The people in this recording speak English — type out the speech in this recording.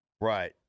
Right